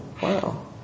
wow